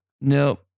Nope